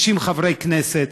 90 חברי כנסת,